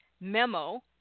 memo